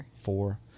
Four